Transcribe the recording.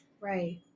Right